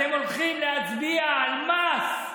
אתם הולכים להצביע על מס,